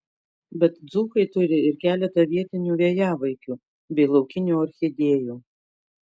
bet dzūkai turi ir keletą vietinių vėjavaikių bei laukinių orchidėjų